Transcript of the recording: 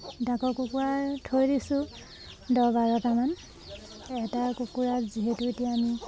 ডাকৰ কুকুৰা থৈ দিছোঁ দহ বাৰটামান এটা কুকুৰাত যিহেতু এতিয়া আমি